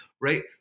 right